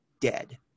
dead